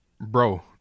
Bro